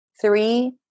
Three